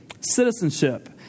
citizenship